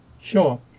Sure